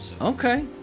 Okay